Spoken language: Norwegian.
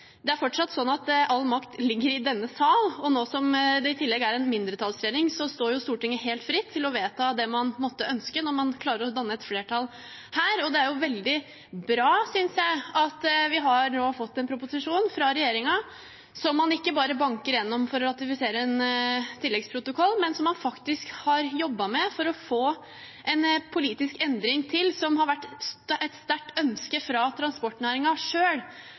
Det er fortsatt sånn at all makt ligger i denne sal. Og nå som det i tillegg er en mindretallsregjering, står Stortinget helt fritt til å vedta det man måtte ønske når man klarer å danne et flertall her. Det er veldig bra, synes jeg, at vi nå har fått en proposisjon fra regjeringen som man ikke bare banker igjennom for å ratifisere en tilleggsprotokoll, men som man faktisk har jobbet med for å få til en politisk endring som har vært et sterkt ønske fra